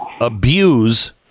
abuse